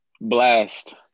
Blast